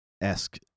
esque